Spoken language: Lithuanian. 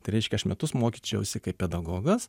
tai reiškia aš metus mokyčiausi kaip pedagogas